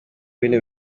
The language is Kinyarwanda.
bino